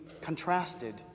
contrasted